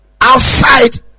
outside